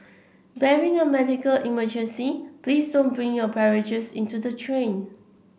barring a medical emergency please don't bring your beverages into the train